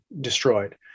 destroyed